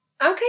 Okay